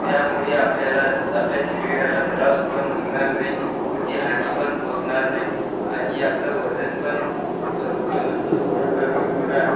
त्यामुळे आपल्याला आपल्या शरीराला त्रास पण होणार नाही कोणती हानी पण पोचणार नाही आणि आपलं वजन पण लवकरात लवकर कमी होणार